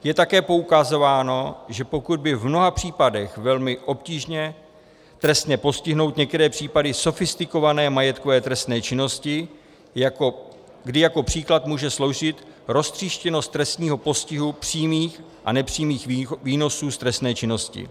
Je také poukazováno, že lze v mnoha případech velmi obtížně trestně postihnout některé případy sofistikované majetkové trestné činnosti, kdy jako příklad může sloužit roztříštěnost trestního postihu přímých a nepřímých výnosů z trestné činnosti.